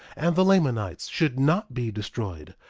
and the lamanites should not be destroyed,